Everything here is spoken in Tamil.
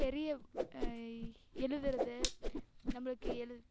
பெரிய எழுதுறது நம்மளுக்கு எழு